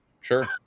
sure